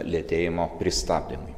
lėtėjimo pristabdymui